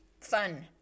Fun